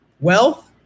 Wealth